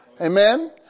Amen